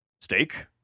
steak